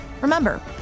Remember